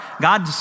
God